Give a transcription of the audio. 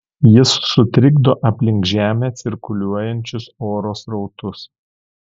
jis sutrikdo aplink žemę cirkuliuojančius oro srautus